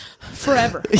forever